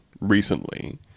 recently